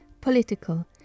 political